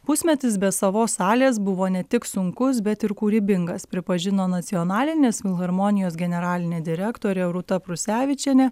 pusmetis be savos salės buvo ne tik sunkus bet ir kūrybingas pripažino nacionalinės filharmonijos generalinė direktorė rūta prusevičienė